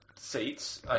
seats